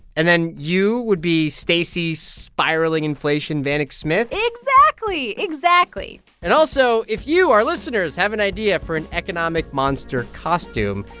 and then you would be stacey spiraling inflation vanek smith exactly. exactly and also, if you, our listeners, have an idea for an economic monster costume,